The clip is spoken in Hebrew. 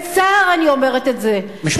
ובצער אני אומרת את זה, משפט טוב לסיום.